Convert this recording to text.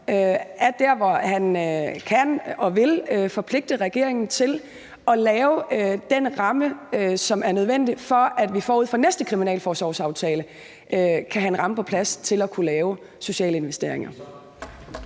er dér, hvor han kan og vil forpligte regeringen til at lave den ramme, som er nødvendig, for at vi forud for næste kriminalforsorgsaftale kan have en ramme på plads til at kunne lave sociale investeringer.